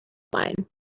mine